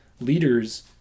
leaders